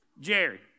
Jerry